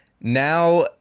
now